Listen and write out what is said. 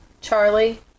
charlie